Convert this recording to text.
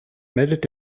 meldet